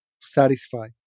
satisfy